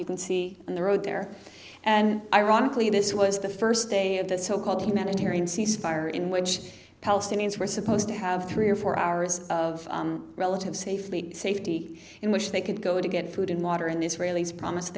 you can see in the road there and ironically this was the first day of the so called humanitarian ceasefire in which palestinians were supposed to have three or four hours of relative safety safety in which they could go to get food and water and the israelis promised